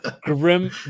Grim